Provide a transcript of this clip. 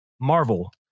Marvel